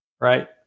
Right